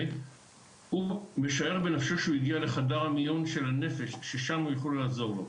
הוא משער בנפשו שהוא הגיע לחדר המיון של הנפש ששם יעזרו לו.